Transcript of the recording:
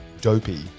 dopey